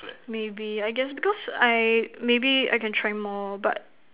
maybe I guess because I maybe I can try more but